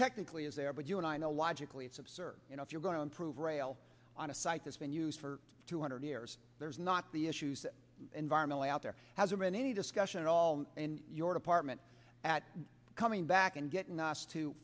technically as they are but you and i know logically it's absurd you know if you're going to improve rail on a site that's been used for two hundred years there's not the issues environmentally out there hasn't been any discussion at all in your department at coming back and getting us to